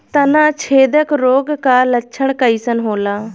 तना छेदक रोग का लक्षण कइसन होला?